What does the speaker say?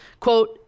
Quote